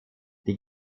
die